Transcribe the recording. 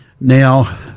Now